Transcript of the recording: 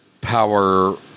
Power